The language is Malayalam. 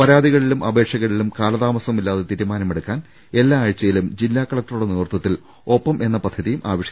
പരാതികളിലും അപേക്ഷകളിലും കാലതാമസമില്ലാതെ തീരുമാനമെടുക്കാൻ എല്ലാ ആഴ്ചയിലും ജില്ലാ കലക്ടറുടെ നേതൃത്വത്തിൽ ഒപ്പം എന്ന പദ്ധതിയും ആവിഷ്കരിച്ചു